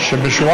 השר